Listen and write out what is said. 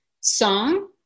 song